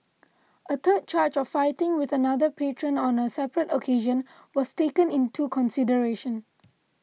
a third charge of fighting with another patron on a separate occasion was taken into consideration